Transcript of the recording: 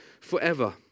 forever